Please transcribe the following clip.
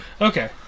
Okay